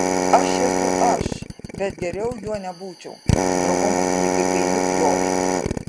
aš esu aš bet geriau juo nebūčiau drovumas jį kaip peiliu pjovė